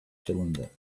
cylinder